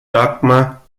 dagmar